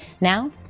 Now